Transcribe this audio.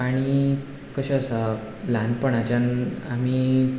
आणी कशें आसा ल्हानपणाच्यान आमी